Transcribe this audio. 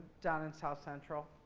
down in south central.